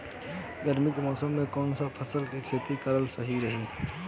गर्मी के मौषम मे कौन सा फसल के खेती करल सही रही?